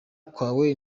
kwawe